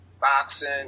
Boxing